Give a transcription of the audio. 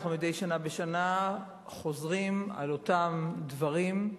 מדי שנה בשנה אנחנו חוזרים על אותם דברים.